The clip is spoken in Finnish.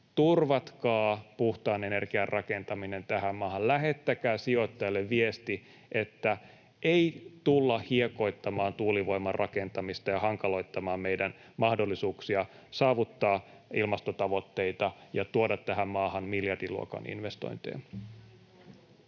turvatkaa puhtaan energian rakentaminen tähän maahan, lähettäkää sijoittajille viesti, että ei tulla hiekoittamaan tuulivoiman rakentamista ja hankaloittamaan meidän mahdollisuuksia saavuttaa ilmastotavoitteita ja tuoda tähän maahan miljardiluokan investointeja.